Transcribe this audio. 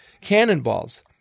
cannonballs